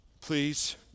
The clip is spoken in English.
please